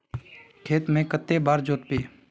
खेत के कते बार जोतबे?